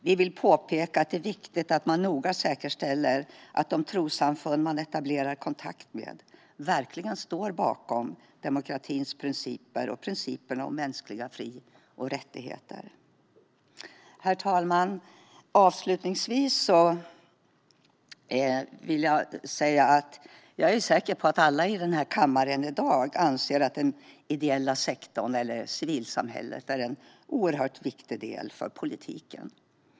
Vi vill påpeka att det är viktigt att man noga säkerställer att de trossamfund man etablerar kontakt med verkligen står bakom demokratins principer och principerna om mänskliga fri och rättigheter. Herr talman! Jag är säker på att vi alla i den här kammaren anser att den ideella sektorn eller civilsamhället är en oerhört viktig del för politiken.